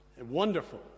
Wonderful